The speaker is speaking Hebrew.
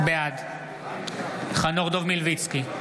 בעד חנוך דב מלביצקי,